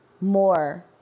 more